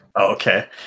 okay